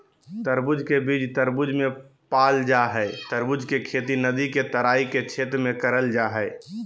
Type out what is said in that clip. तरबूज के बीज तरबूज मे पाल जा हई तरबूज के खेती नदी के तराई क्षेत्र में करल जा हई